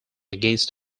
against